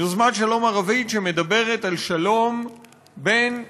יוזמת שלום ערבית שמדברת על שלום בין ישראל,